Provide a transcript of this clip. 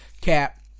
Cap